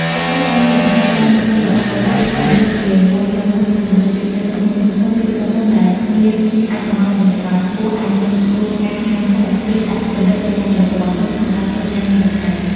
ការធ្វើការងារបន្ថែមច្រើនមុខនេះក៏ជួបហានិភ័យជាមួយក្រុមហ៊ុនមួយចំនួន ជាពិសេសក្រុមហ៊ុនធំៗ ឬក្រុមហ៊ុនដែលមានអាថ៌កំបាំងពាណិជ្ជកម្មខ្ពស់ អាចមានគោលការណ៍ហាមឃាត់ ឬដាក់កម្រិតលើបុគ្គលិករបស់ខ្លួនក្នុងការធ្វើការងារបន្ថែម។